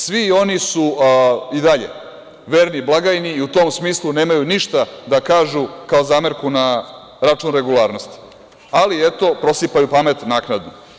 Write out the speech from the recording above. Svi oni su i dalje verni blagajni, i u tom smislu nemaju ništa da kažu kao zamerku na račun regularnosti, ali eto, prosipaju pamet naknadno.